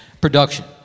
production